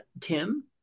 Tim